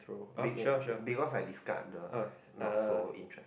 bec~ because I discard the not so interest